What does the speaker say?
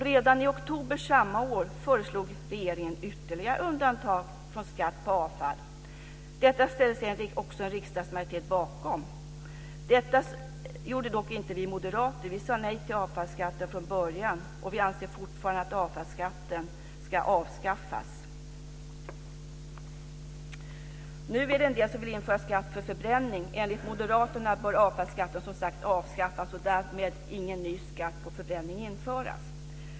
Redan i oktober samma år föreslog regeringen ytterligare undantag från skatt på avfall. Detta ställde sig sedan också en riksdagsmajoritet bakom. Det gjorde dock inte vi moderater. Vi sade nej till avfallsskatten från början, och vi anser fortfarande att den ska avskaffas. Nu finns det en del som vill införa skatt för förbränning. Enligt moderaterna bör avfallsskatten som sagt avskaffas, och därmed bör ingen ny skatt på förbränning införas.